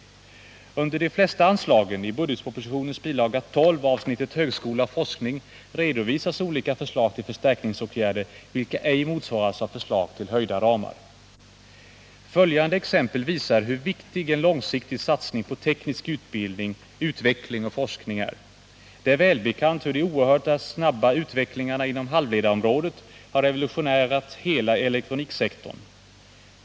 Under de flesta anslag i budgetpropositionens bil. 12 under avsnittet högskola och forskning redovisasolika förslag till förstärkningsåtgärder, vilka ej motsvaras av förslag till höjda ramar. Följande exempel visar hur viktig en långsiktig satsning på teknisk utbildning, utveckling och forskning är. Det är välbekant hur den oerhört snabba utvecklingen inom halvledarområdet har revolutionerat hela elektroniksektorn.